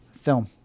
film